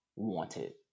wanted